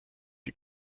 you